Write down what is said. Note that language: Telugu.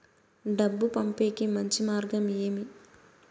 డబ్బు పంపేకి మంచి మార్గం ఏమి